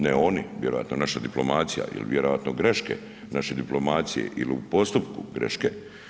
Ne oni, vjerojatno naša diplomacija ili vjerojatno greške naše diplomacije ili u postupku greške.